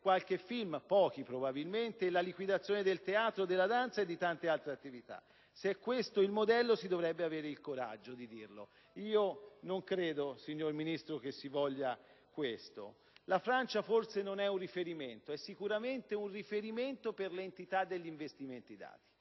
qualche film (pochi, probabilmente) e la liquidazione del teatro, della danza e di tante alte attività? Se è questo il modello, si dovrebbe avere il coraggio di dirlo. Non credo, signor Ministro, che si voglia questo. La Francia forse non è un riferimento, ma lo è sicuramente per l'entità degli investimenti fatti